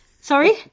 sorry